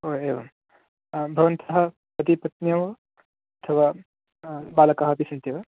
ओ एवं भवन्तः पति पत्न्यौ अथवा बालकः अपि सन्ति वा